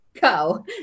go